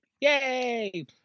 Yay